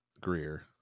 Greer